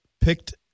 picked